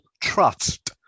Trust